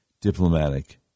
diplomatic